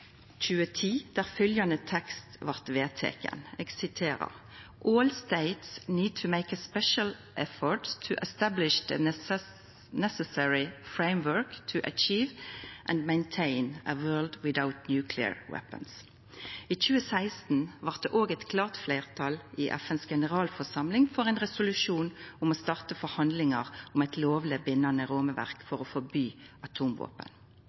2010, der fylgjande tekst blei vedteken: «All States need to make special efforts to establish the necessary framework to achieve and maintain a world without nuclear weapons.» I 2016 blei det òg eit klart fleirtal i FNs generalforsamling for ein resolusjon om å starta forhandlingar om eit lovleg bindande rammeverk for å forby atomvåpen.